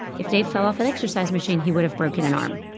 if dave fell off an exercise machine, he would've broken an arm,